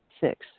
six